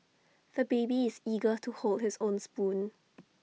the baby is eager to hold his own spoon